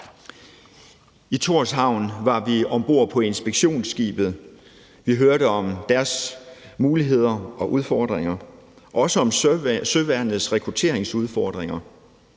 I Tórshavn var vi om bord på inspektionsskibet, vi hørte om deres muligheder og udfordringer, også om søværnets rekrutteringsudfordringer,